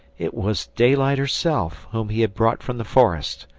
it was daylight herself whom he had brought from the forest!